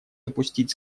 допустить